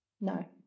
No